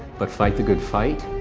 but fight the good fight.